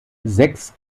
sechs